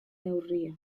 neurria